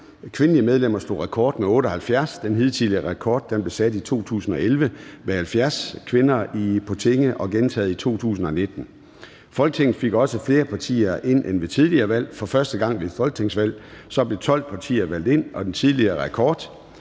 kvindelige medlemmer slog rekord med 78; den hidtidige rekord blev sat i 2011 med 70 kvinder på tinge, og det gentog sig i 2019. Folketinget fik også flere partier ind end ved tidligere valg. For første gang ved et folketingsvalg blev 12 partier valgt ind, og den tidligere rekord